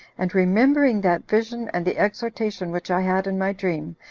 and remembering that vision, and the exhortation which i had in my dream,